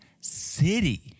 City